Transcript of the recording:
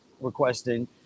requesting